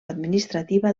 administrativa